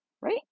right